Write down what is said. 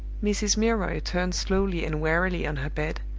mrs. milroy turned slowly and wearily on her bed,